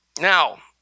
now